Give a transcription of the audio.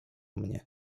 mnie